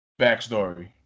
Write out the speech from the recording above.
backstory